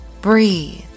breathe